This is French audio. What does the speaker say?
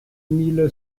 mille